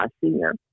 senior